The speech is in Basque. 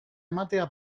ematea